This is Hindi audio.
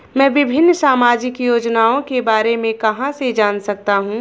मैं विभिन्न सामाजिक योजनाओं के बारे में कहां से जान सकता हूं?